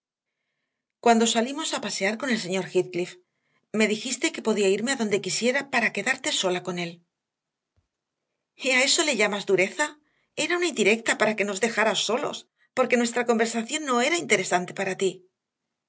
cuando salimos a pasear con el señor heathcliff me dijiste que podía irme a donde quisiera para quedarte sola con él y a eso le llamas dureza era una indirecta para que nos dejaras solos porque nuestra conversación no era interesante para ti